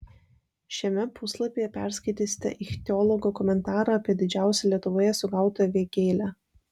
šiame puslapyje perskaitysite ichtiologo komentarą apie didžiausią lietuvoje sugautą vėgėlę